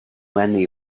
wenu